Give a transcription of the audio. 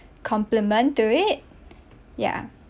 complement to it ya